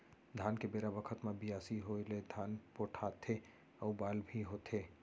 धान के बेरा बखत म बियासी होय ले धान पोठाथे अउ बाल भी होथे